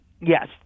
yes